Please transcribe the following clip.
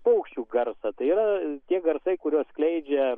paukščių garsą tai yra tokie garsai kuriuos skleidžia